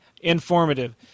informative